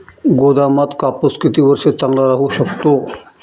गोदामात कापूस किती वर्ष चांगला राहू शकतो?